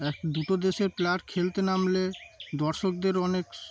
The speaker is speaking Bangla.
এ ক দুটো দেশের প্লেয়ার খেলতে নামলে দর্শকদের অনেক